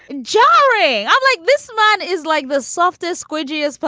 and jarring i'm like, this man is like the softest squidgy is. but